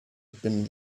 been